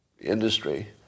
industry